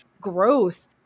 growth